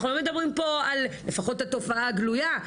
לפחות התופעה גלויה.